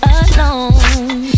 alone